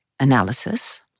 Analysis